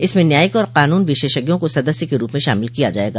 इसमें न्यायिक और कानून विशेषज्ञों को सदस्य के रूप में शामिल किया जाएगा